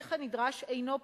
"התהליך הנדרש אינו פשוט.